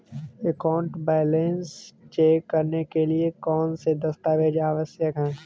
Account balance check करने के लिए कौनसे दस्तावेज़ आवश्यक हैं?